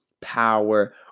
power